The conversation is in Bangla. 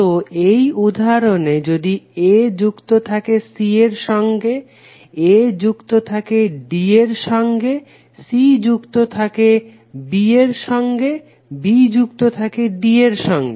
তো এই উদাহরণে যদি a যুক্ত থাকে c এর সঙ্গে a যুক্ত থাকে d এর সঙ্গে c যুক্ত থাকে b এর সঙ্গে b যুক্ত থাকে d এর সঙ্গে